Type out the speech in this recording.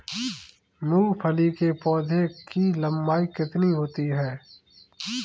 मूंगफली के पौधे की लंबाई कितनी होती है?